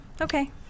okay